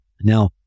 Now